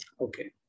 Okay